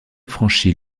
franchit